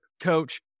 coach